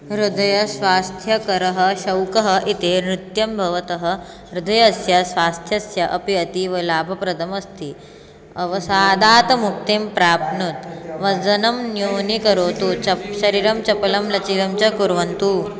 हृदयस्वास्थ्यकरः शौकः इति नृत्यं भवतः हृदयस्य स्वास्थ्यस्य अपि अतीवलाभप्रदम् अस्ति अवसादातमुक्तिं प्राप्नोतु वजनं न्यूनीकरोतु चप् शरीरं चपलं लचितं च कुर्वन्तु